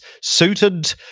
suited